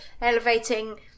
elevating